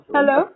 Hello